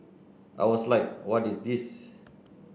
I was like what is this